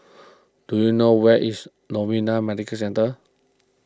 do you know where is Novena Medical Centre